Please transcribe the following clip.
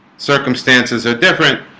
circumstances are different,